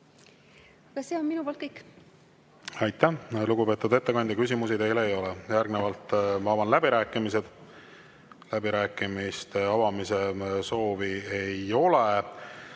See on minu poolt kõik. Aitäh, lugupeetud ettekandja! Küsimusi teile ei ole. Järgnevalt ma avan läbirääkimised. Läbirääkimiste soovi ei ole.